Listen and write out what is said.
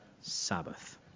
Sabbath